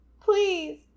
Please